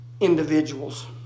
individuals